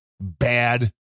bad